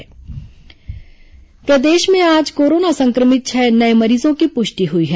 corona मरीज प्रदेश में आज कोरोना संक्र मित छह नए मरीजों की पुष्टि हुई है